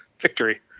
victory